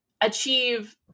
achieve